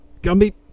Gumby